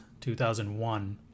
2001